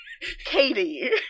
Katie